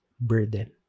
burden